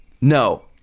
no